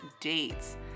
dates